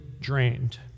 drained